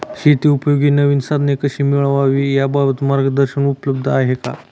शेतीउपयोगी नवीन साधने कशी मिळवावी याबाबत मार्गदर्शन उपलब्ध आहे का?